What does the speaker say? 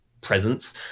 presence